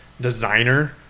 designer